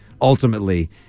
ultimately